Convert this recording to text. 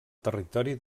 territori